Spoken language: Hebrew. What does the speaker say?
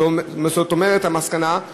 זאת אומרת, המסקנה היא